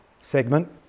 segment